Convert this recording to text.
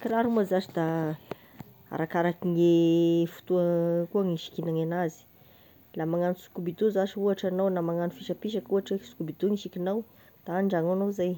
Kiraro moa zash da arakaraky gne fotoa koa gn'isikignany enazy, la magnano skobido zash ohatry anao na magnano fisapisaky ohatry e skobido gn'isikinao da an-dragno ao enao zay,